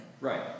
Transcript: Right